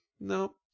no